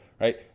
right